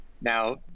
Now